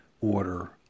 order